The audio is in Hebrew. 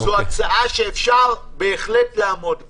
זאת הצעה שאפשר בהחלט לעמוד בה.